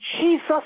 Jesus